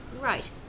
Right